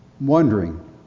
wondering